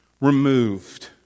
removed